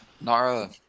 Nara